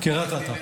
קריית אתא.